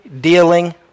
dealing